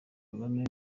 kagame